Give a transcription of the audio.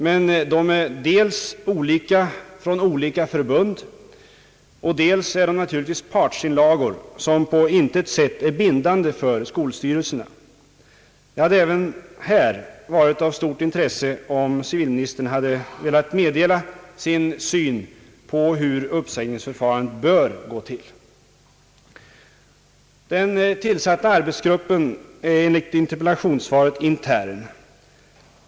Dessa är emellertid dels olika från olika förbund och dels är de naturligtvis partsinlagor, som på intet sätt är bindande för skolstyrelserna. Det hade även här varit av stort intresse om civilministern hade velat meddela sin syn på hur uppsägningsförfarandet bör gå till. Den tillsatta arbetsgruppen är enligt interpellationssvaret intern.